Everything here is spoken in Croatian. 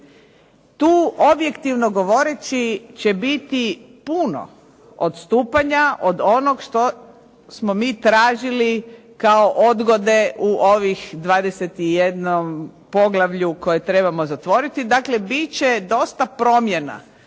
Tu objektivno govoreći će biti puno odstupanja od onog što smo mi tražili kao odgode u ovih 21. poglavlju koje trebamo zatvoriti. Dakle bit će dosta promjena